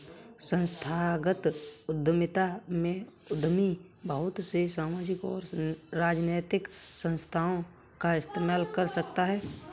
संस्थागत उद्यमिता में उद्यमी बहुत से सामाजिक और राजनैतिक संस्थाओं का इस्तेमाल कर सकता है